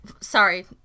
Sorry